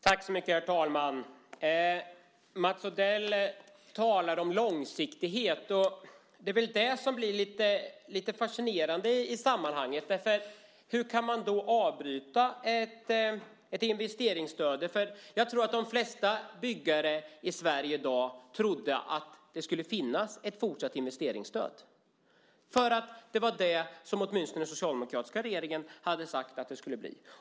Herr talman! Mats Odell talar om långsiktighet, och det blir lite fascinerande i sammanhanget. Hur kan man då avbryta ett investeringsstöd? Jag tror att de flesta byggare i Sverige i dag trodde att det skulle finnas ett fortsatt investeringsstöd. Det hade åtminstone den socialdemokratiska regeringen sagt.